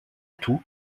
tout